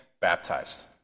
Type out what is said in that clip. baptized